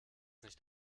nicht